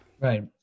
Right